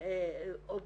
או ביצוע,